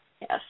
Yes